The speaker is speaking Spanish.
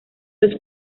los